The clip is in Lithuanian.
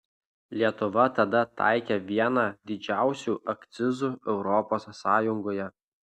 lietuva tada taikė vieną didžiausių akcizų europos sąjungoje